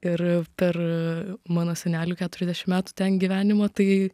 ir per mano senelių keturiasdešim metų ten gyvenimo tai